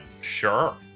sure